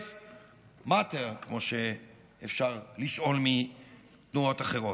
lives matter, כמו שאפשר לשאול מתנועות אחרות.